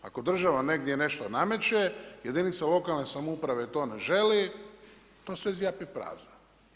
Ako država negdje nešto nameće jedinica lokalne samouprave to ne želi, to sve zjapi prazno.